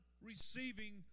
receiving